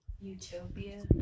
Utopia